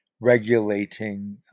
regulating